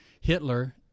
Hitler